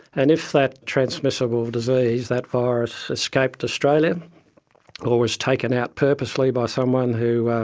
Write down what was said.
and if that transmissible disease, that virus escaped australia or was taken out purposely by someone who,